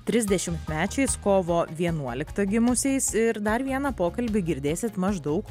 trisdešimtmečiais kovo vienuoliktą gimusiais ir dar vieną pokalbį girdėsit maždaug